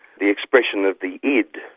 the expression of the id,